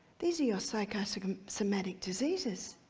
these are your psychosomatic um psychosomatic diseases.